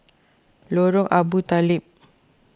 Lorong Abu Talib